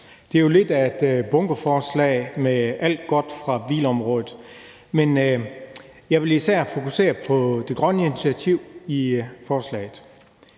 Det er jo lidt af et bunkeforslag med alt godt fra bilområdet, men jeg vil især fokusere på det grønne initiativ i forslaget.